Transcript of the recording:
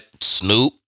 Snoop